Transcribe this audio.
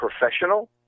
professional